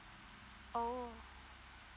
oh